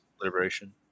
Liberation